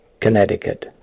Connecticut